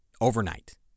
Overnight